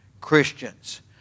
Christians